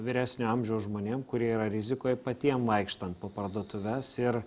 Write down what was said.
vyresnio amžiaus žmonėm kurie yra rizikoj patiem vaikštant po parduotuves ir